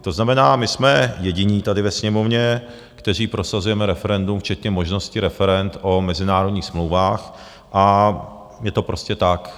To znamená, my jsme jediní tady ve Sněmovně, kteří prosazujeme referendum včetně možnosti referend o mezinárodních smlouvách, a je to prostě tak.